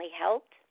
helped